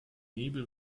nebel